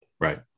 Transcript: Right